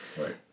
Right